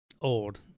old